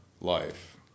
life